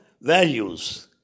values